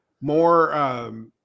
more